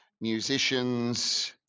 musicians